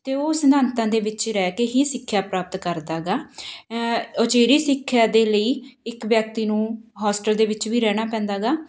ਅਤੇ ਉਹ ਸਿਧਾਂਤਾਂ ਦੇ ਵਿੱਚ ਰਹਿ ਕੇ ਹੀ ਸਿੱਖਿਆ ਪ੍ਰਾਪਤ ਕਰਦਾ ਗਾ ਉਚੇਰੀ ਸਿੱਖਿਆ ਦੇ ਲਈ ਇੱਕ ਵਿਅਕਤੀ ਨੂੰ ਹੋਸਟਲ ਦੇ ਵਿੱਚ ਵੀ ਰਹਿਣਾ ਪੈਂਦਾ ਗਾ